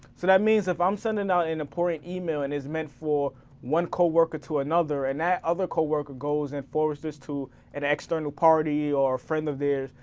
so that means if i'm sending out an important email and it's meant for one co-worker to another, and that other co-worker goes and forwards this to an external party or a friend of theirs.